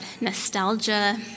nostalgia